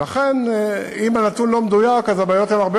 ולכן אם הנתון הוא לא מדויק אז הבעיות הן הרבה